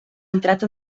entrat